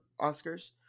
Oscars